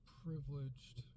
privileged